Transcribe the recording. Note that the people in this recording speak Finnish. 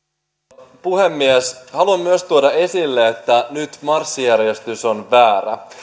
arvoisa puhemies haluan myös tuoda esille että nyt marssijärjestys on väärä